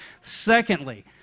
Secondly